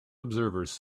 observers